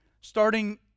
starting